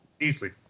easily